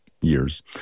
years